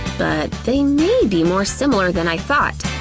but they may be more similar than i thought.